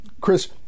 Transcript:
Chris